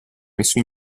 messo